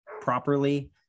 properly